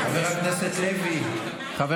חבר הכנסת לוי,